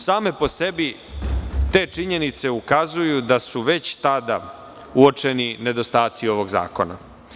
Same po sebi te činjenice ukazuju da su već tada uočeni nedostaci ovog zakona.